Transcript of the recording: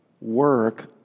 work